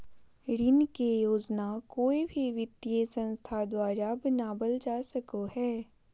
ऋण के योजना कोय भी वित्तीय संस्था द्वारा बनावल जा सको हय